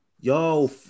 Yo